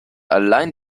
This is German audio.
allein